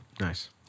Nice